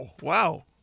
wow